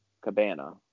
Cabana